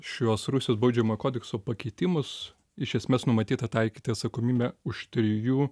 šiuos rusijos baudžiamojo kodekso pakeitimus iš esmės numatyta taikyti atsakomybę už trijų